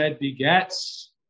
begets